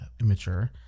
immature